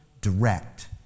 direct